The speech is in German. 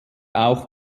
auch